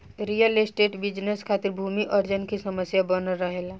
real estate business खातिर भूमि अर्जन की समस्या बनल रहेला